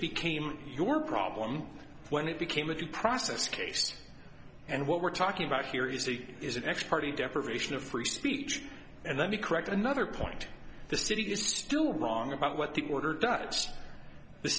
became your problem when it became a due process case and what we're talking about here is he is an ex party deprivation of free speech and let me correct another point the city is still wrong about what the order does the